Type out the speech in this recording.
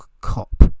cop